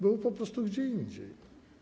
Był po prostu gdzie indziej.